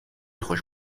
خوش